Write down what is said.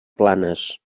planes